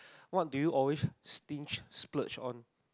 what do you always stinge splurge on